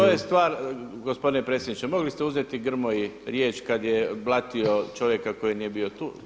To je stvar, gospodine predsjedniče, mogli ste uzeti Grmoji riječ kad je blatio čovjeka koji nije bio tu.